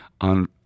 on